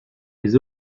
les